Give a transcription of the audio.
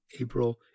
April